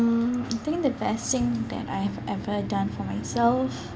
mm I think the best thing that I've ever done for myself